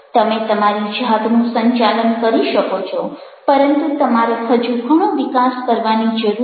તમે તમારી જાતનું સંચાલન કરી શકો છો પરંતુ તમારે હજુ ઘણો વિકાસ કરવાની જરૂર છે